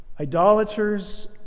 idolaters